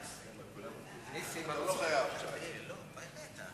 גברתי היושבת-ראש, לא, אדוני היושב-ראש.